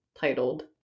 titled